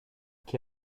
che